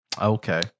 Okay